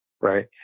right